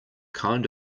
kind